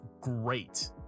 great